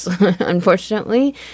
unfortunately